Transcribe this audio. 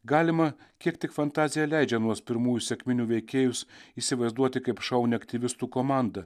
galima kiek tik fantazija leidžia anuos pirmųjų sekminių veikėjus įsivaizduoti kaip šaunią aktyvistų komandą